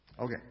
Okay